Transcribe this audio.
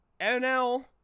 NL